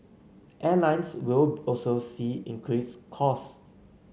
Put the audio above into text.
airlines will also see increased cost